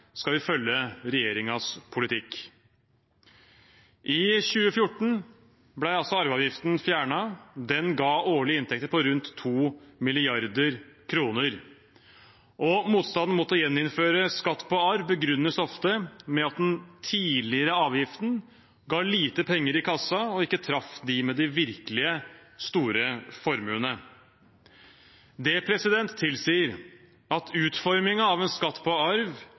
følge regjeringens politikk. I 2014 ble arveavgiften fjernet. Den ga årlige inntekter på rundt 2 mrd. kr. Motstanden mot å gjeninnføre skatt på arv begrunnes ofte med at den tidligere avgiften ga lite penger i kassen og ikke traff dem med de virkelig store formuene. Det tilsier at utformingen av en skatt på arv